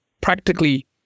practically